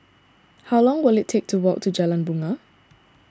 how long will it take to walk to Jalan Bungar